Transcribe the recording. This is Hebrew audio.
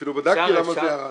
אפילו בדקתי למה זה ירד.